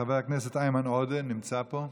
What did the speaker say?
חבר הכנסת איימן עודה נמצא פה?